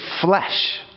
flesh